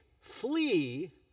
flee